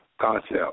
Concept